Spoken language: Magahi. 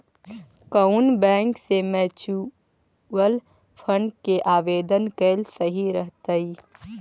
कउन बैंक से म्यूचूअल फंड के आवेदन कयल सही रहतई?